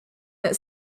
that